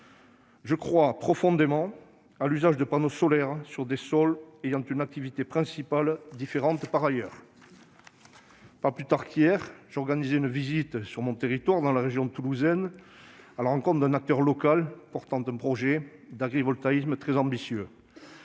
Je crois profondément à l'usage de panneaux solaires sur des sols ayant une activité principale différente. Ainsi, pas plus tard qu'hier, j'organisais une visite sur mon territoire, dans la région toulousaine, à la rencontre d'un acteur local qui défend un projet très ambitieux